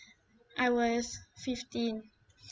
I was fifteen